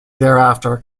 thereafter